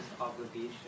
obligation